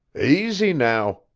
aisy, now,